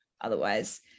otherwise